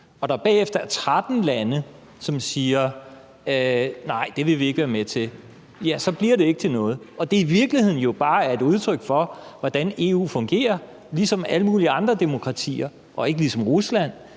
og der bagefter er 13 lande, som siger, at nej, det vil vi ikke være med til, så ikke bliver til noget, og at det i virkeligheden bare er et udtryk for, hvordan EU fungerer, ligesom alle mulige andre demokratier, og ikke ligesom Rusland,